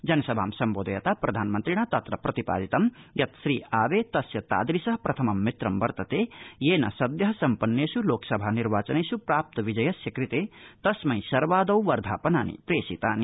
जनसभा सम्बोधयता प्रधनमन्त्रिणा तत्र प्रतिपादितं यत् श्रीआबे तस्य तादृश प्रथमं मित्रं वर्तते येन सद्य सम्पन्नेष् लोकसभा निर्वाचनेष् प्राप्त विजयस्य कृते तस्मै सर्वादौ वर्धापनानि प्रेषितानि